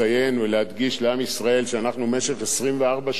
במשך 24 שעות הרות גורל,